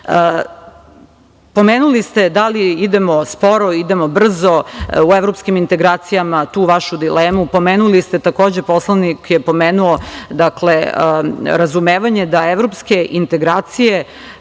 ste da li idemo sporo, idemo brzo u evropskim integracijama, tu vašu dilemu, pomenuli ste takođe, poslanik je pomenuo razumevanje da evropske integracije